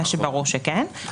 מה שברור שכן,